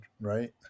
right